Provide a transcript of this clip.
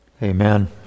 Amen